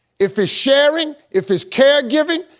if it's sharing, if it's caregiving,